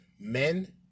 men